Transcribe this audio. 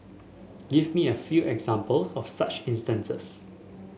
give me a few examples of such instances